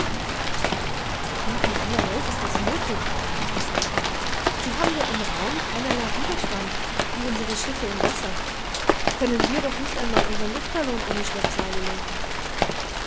wie in aller welt ist das möglich fragte saltner sie haben ja im raum keinerlei widerstand wie unsre schiffe im wasser können wir doch nicht einmal unsern luftballon ohne schleppseile lenken